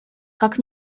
как